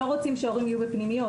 וההורים לא רוצים שהם יהיו בפנימיות.